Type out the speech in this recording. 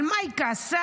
על מה היא כעסה?